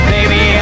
Baby